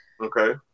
Okay